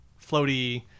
floaty